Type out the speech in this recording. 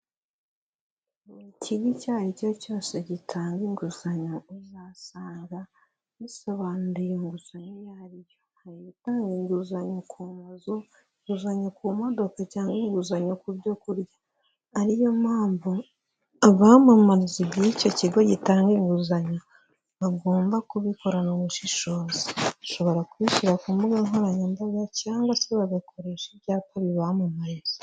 Mu ikigo icyo ari cyo cyose gitanga inguzanyo uzasanga bisobanuye inguzanyo iyo ariyo. Hari itanga inguzanyo ku mazu, inguzanyo ku modoka cyangwa inguzanyo ku byo kurya, ariyo mpamvu abamamariza igihe icyo kigo gitanga inguzanyo bagomba gukorana ubushishozi. Bashobora kubishyira ku mbugankoranyambaga cyangwa se bagakoresha ibyapa babyamamaza.